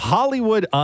Hollywood